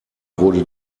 wurde